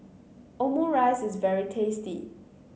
Omurice is very tasty